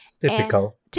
Typical